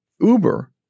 Uber